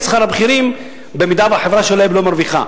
שכר הבכירים אם החברה שלהם לא מרוויחה,